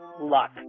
luck